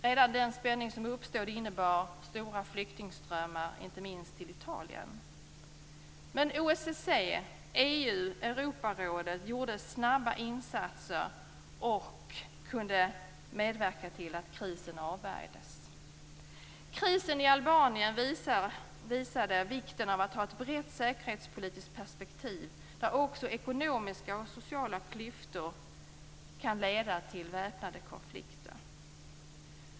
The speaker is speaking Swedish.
Redan den spänning som uppstod innebar stora flyktingströmmar, inte minst till Italien. OSSE, EU och Europarådet gjorde snabba insatser och kunde medverka till att krisen avvärjdes. Krisen i Albanien visade vikten av ett brett säkerhetspolitiskt perspektiv där också ekonomiska och sociala klyftor kan leda till väpnade konflikter.